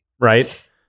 Right